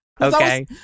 Okay